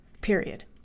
period